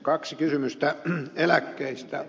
kaksi kysymystä eläkkeistä